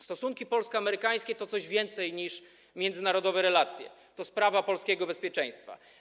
Stosunki polsko-amerykańskie to coś więcej niż międzynarodowe relacje, to sprawa polskiego bezpieczeństwa.